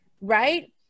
right